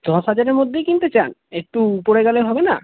দশ হাজারের মধ্যেই কিনতে চান একটু উপরে গেলে হবে না